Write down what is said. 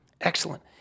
excellent